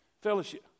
Fellowship